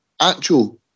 actual